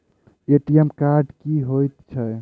ATM card की हएत छै?